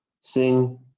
sing